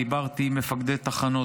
דיברתי עם מפקדי תחנות,